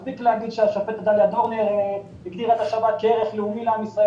מספיק לומר שהשופטת דליה דורנר הגדירה את השבת כערך לאומי לישראל,